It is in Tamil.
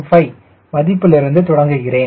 025 மதிப்பிலிருந்து தொடங்குகிறேன்